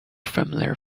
familiar